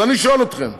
אז אני שואל אתכם,